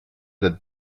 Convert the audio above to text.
that